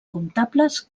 comptables